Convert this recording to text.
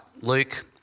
Luke